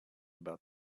about